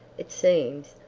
it seems,